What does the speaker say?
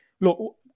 look